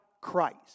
Christ